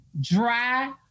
dry